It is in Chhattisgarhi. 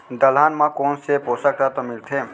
दलहन म कोन से पोसक तत्व मिलथे?